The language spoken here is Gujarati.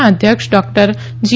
ના અધ્યક્ષ ડોક્ટર જી